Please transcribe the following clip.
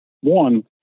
One